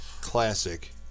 Classic